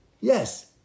Yes